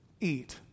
eat